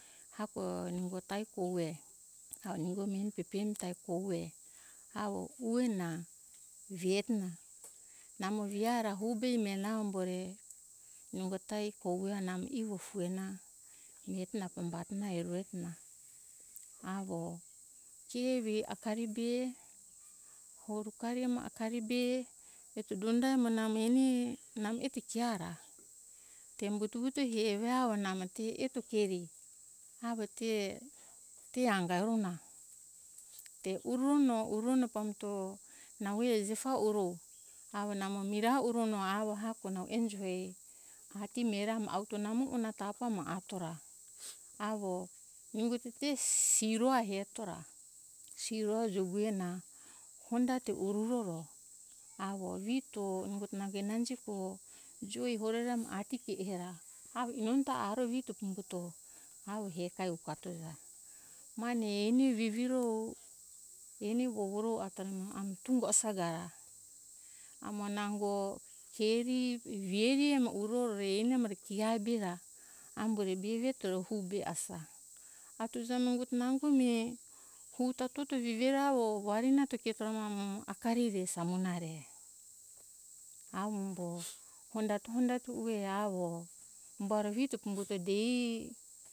Hako nungo ta kogue avo nungo meni pepemi ta kogue avo ue na hie to na namo hi ara hu be miha nungo ta kogue namo ivo ufu ena mireto na pamba eru ena avo ke evi akari be horukari amo akari be eto donda amo namo eni namo eto kia ra tembuto vuto hie avo mamo te eto tukeri avo te anga ero na te urono pambuto nau ejepa uro avo namo mira urono avo hako nau enjo agi mihe ra auto namo ona tafa ato ra avo ungo te siro avo heto ra siro avo jogue ue na hondate uroro avo vito ungo te enana jigojoi hororo ati ke u era avo inono ta aro vito pambuto avo hekai hukatoja mane eni viviro eni vuvuro ato ra mo tunga osaga amo nango keri evire amo uro re eni amo re kia be ra ambore veveto re hu be asa atu ja nango mi hu ta toto vivera avo warina be eto amo akari re samuna re avo umbo hondate hondate ue avo umbara vito pambuto dei